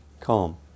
calm